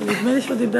כי נדמה לי שהוא דיבר.